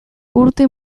urte